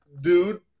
dude